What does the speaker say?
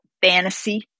fantasy